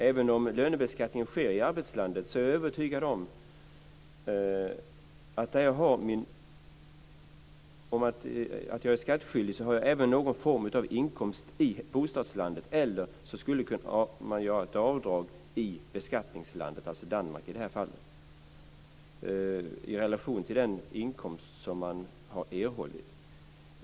Även om lönebeskattningen sker i arbetslandet och jag är skattskyldig är jag övertygad om att jag också har någon form av inkomst i bostadslandet, eller så skulle man kunna göra ett avdrag i beskattningslandet, alltså Danmark i det här fallet, i relation till den inkomst som man har erhållit.